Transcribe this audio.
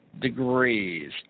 degrees